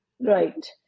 Right